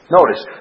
Notice